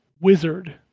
wizard